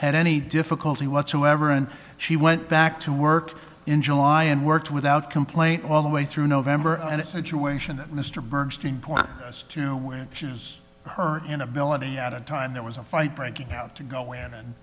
had any difficulty whatsoever and she went back to work in july and worked without complaint all the way through november and that you ation that mr bernstein point to know where she was her inability at a time there was a fight breaking out to go in and